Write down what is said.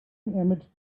image